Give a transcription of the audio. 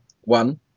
One